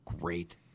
Great